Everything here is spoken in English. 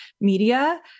media